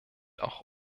auch